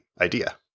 idea